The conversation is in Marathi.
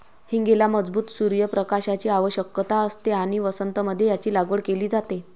हींगेला मजबूत सूर्य प्रकाशाची आवश्यकता असते आणि वसंत मध्ये याची लागवड केली जाते